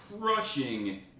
crushing